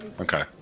okay